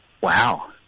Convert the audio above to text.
Wow